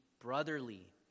brotherly